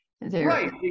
Right